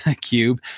cube